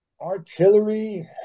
artillery